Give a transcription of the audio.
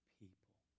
people